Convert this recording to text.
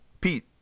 Pete